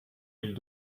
mille